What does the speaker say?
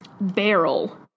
barrel